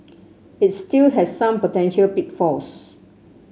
it still has some potential pitfalls